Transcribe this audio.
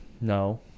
No